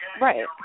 right